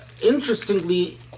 interestingly